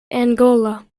angola